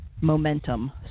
momentum